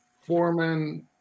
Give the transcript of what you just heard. Foreman